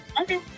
Okay